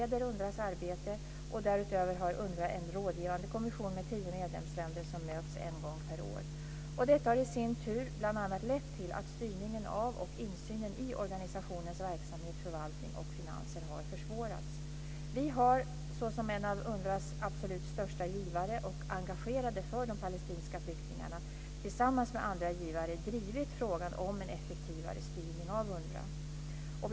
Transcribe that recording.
UNRWA:s arbete. Därutöver har UNRWA en rådgivande kommission med tio medlemsländer, som möts en gång per år. Detta har i sin tur bl.a. lett till att styrningen av och insynen i organisationens verksamhet, förvaltning och finanser har försvårats. Vi har, såsom en av UNRWA:s absolut största givare och som engagerade för de palestinska flyktingarna, tillsammans med andra givare drivit frågan om en effektivare styrning av UNRWA.